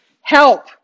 help